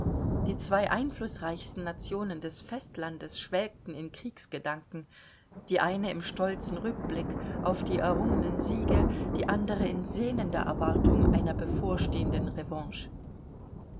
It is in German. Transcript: die zwei einflußreichsten nationen des festlandes schwelgten in kriegsgedanken die eine im stolzen rückblick auf die errungenen siege die andere in sehnender erwartung einer bevorstehenden revanche